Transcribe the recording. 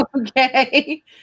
Okay